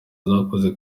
zakoze